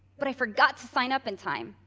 but i forgot to sign up in time,